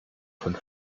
von